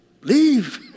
leave